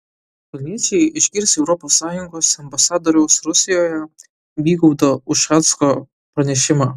vilniečiai išgirs europos sąjungos ambasadoriaus rusijoje vygaudo ušacko pranešimą